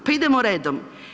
Pa idemo redom.